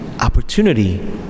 opportunity